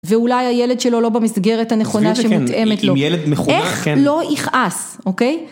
ואולי הילד שלו לא במסגרת הנכונה שמותאמת לו, איך לא יכעס, אוקיי?